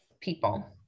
people